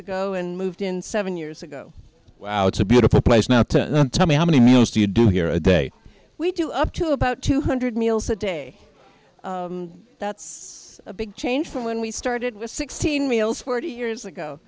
ago and moved in seven years ago it's a beautiful place now to tell me how many meals do you do here a day we do up to about two hundred meals a day that's a big change from when we started with sixteen meals forty years ago